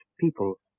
people